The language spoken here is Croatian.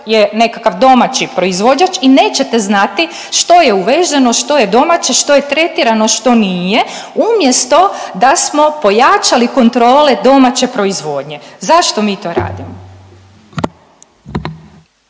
je nekakav domaći proizvođač i nećete znati što je uvezeno, što je domaće, što je tretirano, što nije, umjesto da smo pojačali kontrole domaće proizvodnje. Zašto mi to radimo?